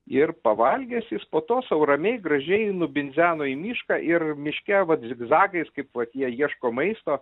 ir pavalgęs jis po to sau ramiai gražiai nubindzeno į mišką ir miške vat zigzagais kaip vat jie ieško maisto